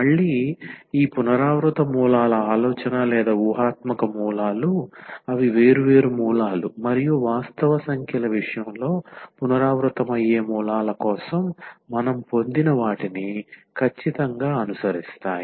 మళ్ళీ ఈ పునరావృత మూలాల ఆలోచన లేదా ఊహాత్మక మూలాలు అవి వేర్వేరు మూలాలు మరియు వాస్తవ సంఖ్యల విషయంలో పునరావృతమయ్యే మూలాల కోసం మనం పొందిన వాటిని ఖచ్చితంగా అనుసరిస్తాయి